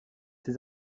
ces